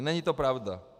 Není to pravda.